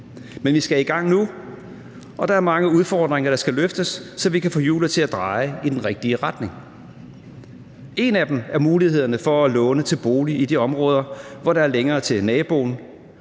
Men vi skal i gang nu, og der er mange udfordringer, der skal løftes, så vi kan få hjulet til at dreje i den rigtige retning. En er muligheden for at låne til en bolig i de områder, hvor der er længere til naboen.